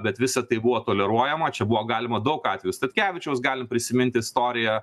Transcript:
bet visa tai buvo toleruojama čia buvo galima daug atvejų statkevičiaus galim prisimint istoriją